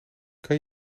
kan